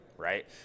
Right